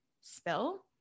spill